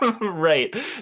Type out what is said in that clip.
right